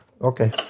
Okay